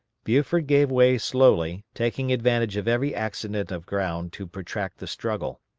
buford gave way slowly, taking advantage of every accident of ground to protract the struggle.